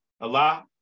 Allah